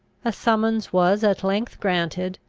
a summons was at length granted,